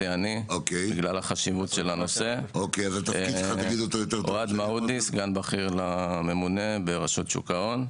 אני אוהד מעודי, סגן בכיר לממונה ברשות שוק ההון.